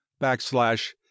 backslash